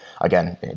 again